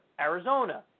Arizona